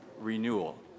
renewal